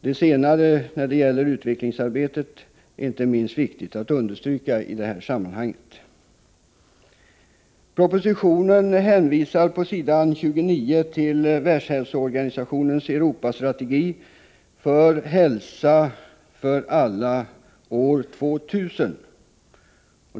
Det senare är inte minst viktigt att understryka. På s. 29 i propositionen hänvisas till Världshälsoorganisationens Europastrategi för Hälsa för alla år 2000.